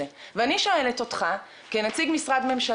שנת 2020 מסומנת לנו באדום, שנת 2019 מסומנת